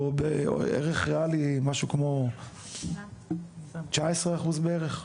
או בערך ריאלי משהו כמו 19% בערך.